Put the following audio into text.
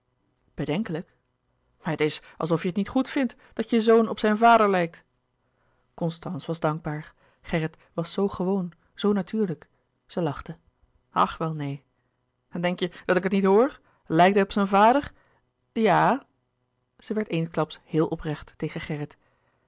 bedenkelijk het is alsof je het niet goed vindt dat je zoon op zijn vader lijkt constance was dankbaar gerrit was zoo gewoon zoo natuurlijk zij lachte ach wel neen denk je dat ik het niet hoor lijkt hij op zijn vader ja a a louis couperus de boeken der kleine zielen zij werd eensklaps heel oprecht tegen gerrit